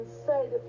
inside